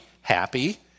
happy